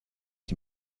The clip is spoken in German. die